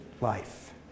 life